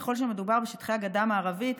ככל שמדובר בשטחי הגדה המערבית,